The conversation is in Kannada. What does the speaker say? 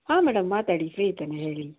ಹಾಂ ಮೇಡಮ್ ಮಾತಾಡಿ ಹೇಳ್ತೇನೆ ಹೇಳಿ